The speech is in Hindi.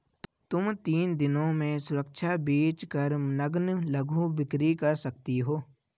तुम तीन दिनों में सुरक्षा बेच कर नग्न लघु बिक्री कर सकती हो